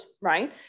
Right